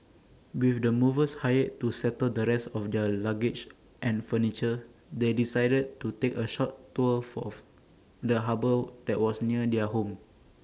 with the movers hired to settle the rest of their luggage and furniture they decided to take A short tour of the harbour that was near their new home